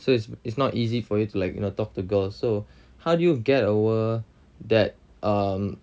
so it's not it's not easy for you to like you know talk to girls so how do you get over that um